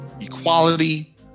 equality